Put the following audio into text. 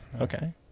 Okay